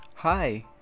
Hi